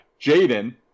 Jaden